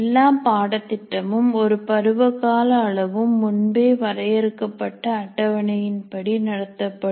எல்லா பாடத்திட்டமும் ஒரு பருவகால அளவும் முன்பே வரையறுக்கப்பட்ட அட்டவணையின் படி நடத்தப்படும்